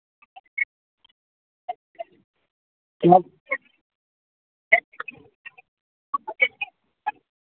क्या